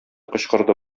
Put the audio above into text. кычкырды